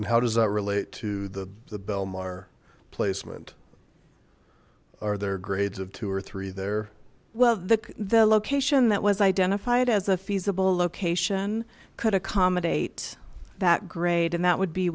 and how does that relate to the the belmar placement are there grades of two or three there well the the location that was identified as a feasible location could accommodate that grade and that would be